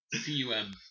C-U-M